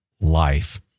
life